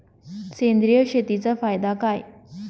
सेंद्रिय शेतीचा फायदा काय?